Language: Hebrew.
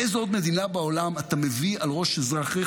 באיזו עוד מדינה בעולם אתה מביא על ראש אזרחיך